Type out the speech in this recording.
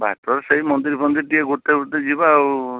ବାଟରେ ସେଇ ମନ୍ଦିରଫନ୍ଦିର ଟିକିଏ ଘୁରିତେ ଘୁରିତେ ଯିବା ଆଉ